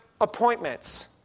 appointments